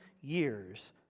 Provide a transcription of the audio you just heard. years